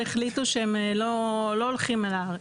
והחליטו שהם לא הולכים אל ההר.